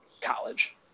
college